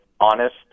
honest